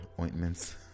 ointments